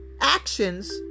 actions